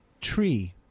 tree